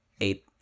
eight